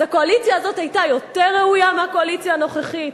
אז הקואליציה הזאת היתה יותר ראויה מהקואליציה הנוכחית?